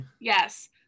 Yes